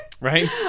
Right